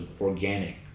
organic